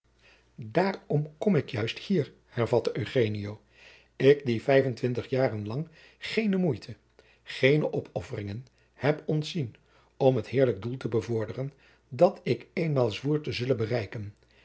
juist kom ik hier hervatte eugenio ik die vijfentwintig jaren lang geene moeite geene opofferingen heb ontzien om het heerlijk doel te bevorderen dat ik eenmaal zwoer te zullen bereiken